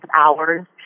hours